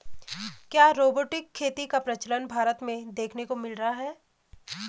क्या रोबोटिक खेती का प्रचलन भारत में देखने को मिल रहा है?